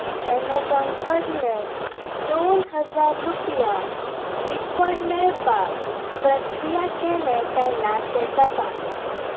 Amazon कडल्यान दोन हजार रुपया रिफंड मेळपाक प्रक्रिया केलें काय ना तें तपास